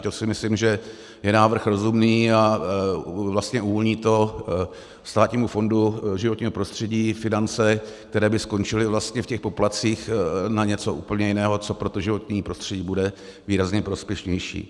To si myslím, že je návrh rozumný a vlastně uvolní to Státnímu fondu životního prostředí finance, které by skončily vlastně v těch poplatcích, na něco úplně jiného, co pro to životní prostředí bude výrazně prospěšnější.